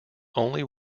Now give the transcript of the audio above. only